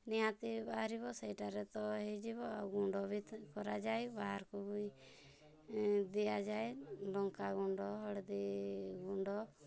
ନିହାତି ବାହାରିବ ସେଇଟାରେ ତ ହେଇଯିବ ଆଉ ଗୁଣ୍ଡ ବି ତ କରାଯାଏ ବାହାରୁକୁ ବି ଦିଆଯାଏ ଲଙ୍କାଗୁଣ୍ଡ ହଳଦୀଗୁଣ୍ଡ